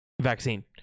Vaccine